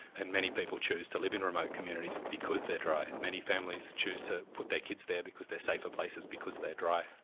and many people choose to live in remote communities because they're dry. many families choose to put their kids there because they're safer places because they're dry.